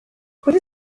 what